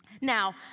Now